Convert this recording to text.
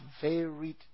varied